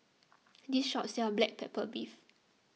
this shop sells Black Pepper Beef